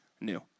new